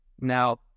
Now